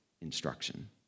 instruction